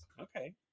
Okay